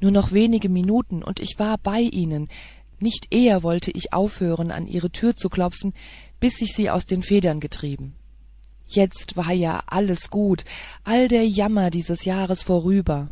nur noch wenige minuten und ich war bei ihnen nicht eher wollte ich aufhören an ihre tür zu klopfen bis ich sie aus den federn getrieben jetzt war ja alles gut all der jammer dieses jahres vorüber